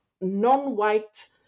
non-white